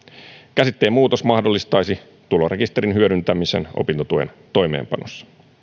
käsitteen muutos mahdollistaisi tulorekisterin hyödyntämisen opintotuen toimeenpanossa